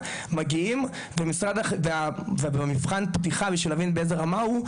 מגיעים ובמבחן פתיחה בשביל להבין באיזה רמה הוא,